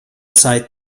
zeit